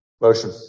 motion